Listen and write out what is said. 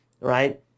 right